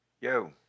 yo